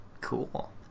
Cool